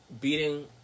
beating